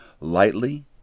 lightly